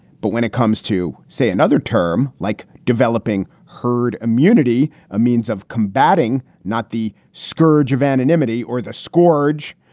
but when it comes to, say, another term, like developing herd immunity, a means of combating not the scourge of anonymity or the scorch,